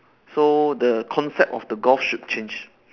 so the concept of the golf should change